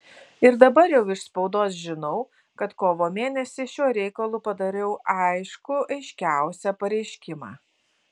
ir dabar jau iš spaudos žinau kad kovo mėnesį šiuo reikalu padariau aiškų aiškiausią pareiškimą